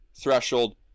threshold